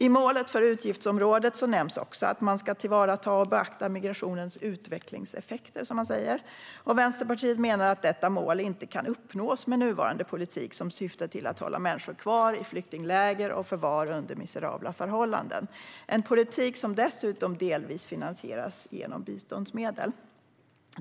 I målet för utgiftsområdet nämns också att man ska tillvarata och beakta migrationens utvecklingseffekter. Vänsterpartiet menar att detta mål inte kan uppnås med nuvarande politik som syftar till att hålla människor kvar i flyktingläger och i förvar under miserabla förhållanden. Det är en politik som dessutom delvis finansieras genom biståndsmedel.